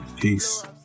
peace